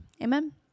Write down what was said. Amen